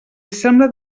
assembla